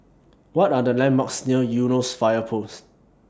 What Are The landmarks near Eunos Fire Post